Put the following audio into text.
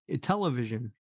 television